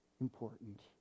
important